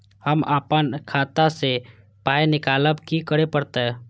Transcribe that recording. हम आपन खाता स पाय निकालब की करे परतै?